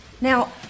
Now